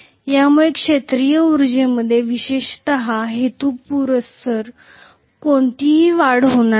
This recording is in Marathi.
यामुळे क्षेत्रीय उर्जेमध्ये विशेषत हेतुपुरस्सर कोणतीही वाढ होणार नाही